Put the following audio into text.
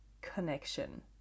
connection